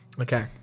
Okay